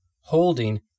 holding